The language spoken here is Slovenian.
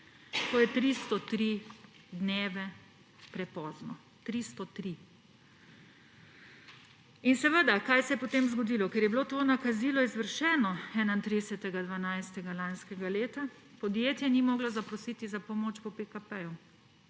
To je 303 dni prepozno. 303. In kaj se je potem zgodilo? Ker je bilo to nakazilo izvršeno 31. 12. lanskega leta, podjetje ni moglo zaprositi za pomoč po PKP.